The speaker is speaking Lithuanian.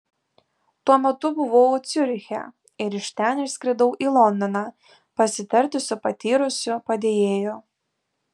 tuo metu buvau ciuriche ir iš ten išskridau į londoną pasitarti su patyrusiu padėjėju